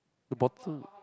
the bottom